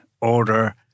order